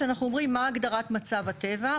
שאנחנו אומרים מה הגדרת מצב הטבע,